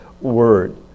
word